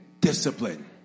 Discipline